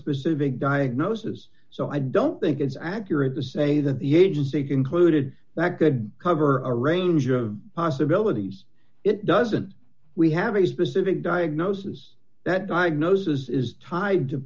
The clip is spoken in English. specific diagnosis so i don't think it's accurate to say that the agency concluded that could cover a range of possibilities it doesn't we have a specific diagnosis that diagnosis is tied to